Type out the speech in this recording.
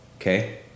Okay